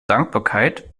dankbarkeit